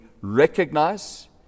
recognize